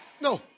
no